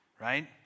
Right